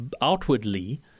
outwardly